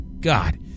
God